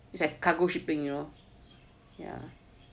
it's like cargo shipping you know yeah